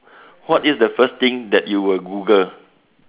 what is the first thing that you will Google